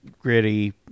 gritty